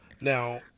Now